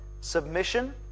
submission